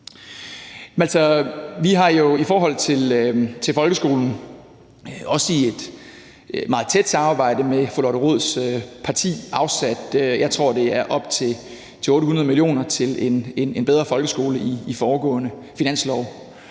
Vi har jo i forhold til folkeskolen, også i et meget tæt samarbejde med fru Lotte Rods parti, afsat, jeg tror, det er op til 800 mio. kr. i foregående finanslove